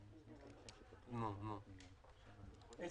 70